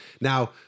now